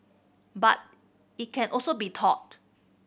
but it can also be taught